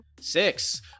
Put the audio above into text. six